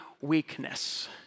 weakness